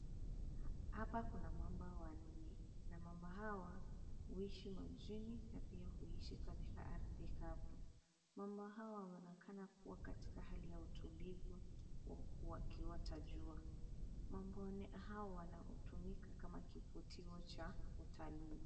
Hapa kuna mamba wanne na mamba hawa huishi majini na pia huisha kwenye ardhi kavu. Mamba hawa wanaonekana kuwa katika hali ya utulivu huku wakiota jua. Mamba hawa wanatumika kama kivutio cha utalii.